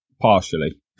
partially